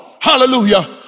hallelujah